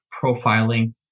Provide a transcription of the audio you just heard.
profiling